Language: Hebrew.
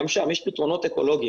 גם שם יש פתרונות אקולוגיים,